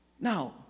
Now